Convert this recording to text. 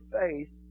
faith